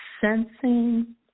sensing